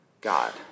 God